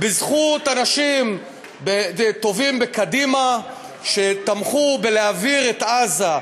בזכות אנשים טובים בקדימה שתמכו בלהעביר את עזה,